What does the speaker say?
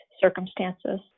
circumstances